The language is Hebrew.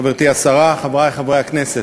תודה, חברתי השרה, חברי חברי הכנסת,